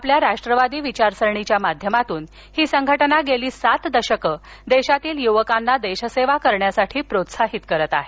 आपल्या राष्ट्रवादी विचारसरणीच्या माध्यमातून ही संघटना गेली सात दशके देशातील युवकांना देशसेवा करण्यासाठी प्रोत्साहित करत आहे